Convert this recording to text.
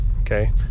okay